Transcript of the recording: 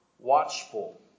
watchful